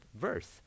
verse